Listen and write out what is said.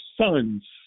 sons